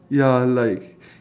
ya like